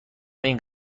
این